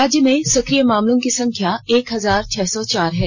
राज्य में संक्रिय मामलों की संख्या एक हजार छह सौ चार है